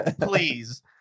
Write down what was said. please